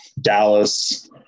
Dallas